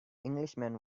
englishman